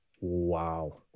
Wow